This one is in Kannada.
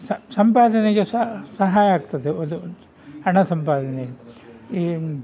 ಸ ಸಂಪಾದನೆಗೆ ಸ ಸಹಾಯ ಆಗ್ತದೆ ಒಂದು ಹಣ ಸಂಪಾದನೆ ಈ